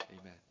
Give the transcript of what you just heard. amen